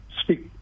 speak